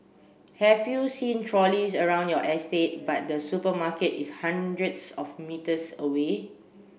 have you seen trolleys around your estate but the supermarket is hundreds of metres away